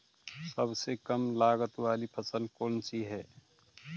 सबसे कम लागत वाली फसल कौन सी है?